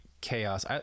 chaos